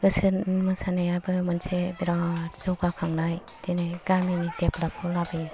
बोसोन मोसानायाबो मोनसे बिराथ जौगाखांनाय दिनै गामिनि